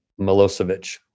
Milosevic